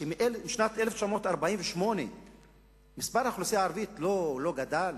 שמשנת 1948 האוכלוסייה הערבית לא גדלה?